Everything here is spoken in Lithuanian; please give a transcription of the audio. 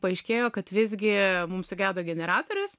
paaiškėjo kad visgi mum sugedo generatorius